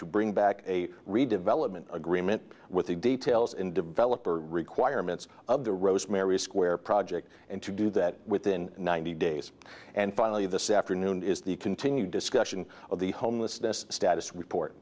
to bring back a redevelopment agreement with the details in developer requirements of the rosemary square project and to do that within ninety days and finally this afternoon is the continued discussion of the homelessness status report